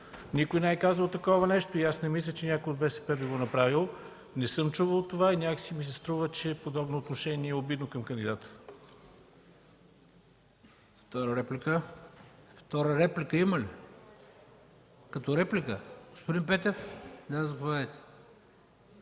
Никой не е казал такова нещо и не мисля, че някой от БСП би го направил. Не съм чувал това и някак ми се струва, че подобно отношение към кандидата